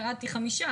ירדתי 5 קילו,